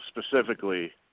specifically